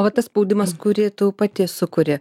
o tas spaudimas kurį tu pati sukuri